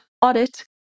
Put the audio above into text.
audit